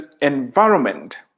environment